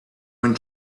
going